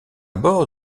bord